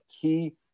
key